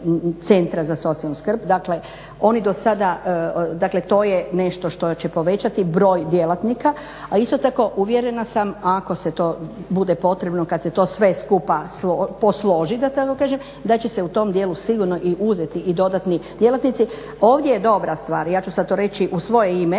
Centra za socijalnu skrb. Dakle, oni dosada, dakle to je nešto što će povećati broj djelatnika a isto tako uvjerena sam ako to bude potrebno kad se to sve skupa posloži da tako kažem da će se u tom dijelu sigurno i uzeti i dodatni djelatnici. Ovdje je dobra stvar, ja ću sad to reći u svoje ime,